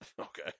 Okay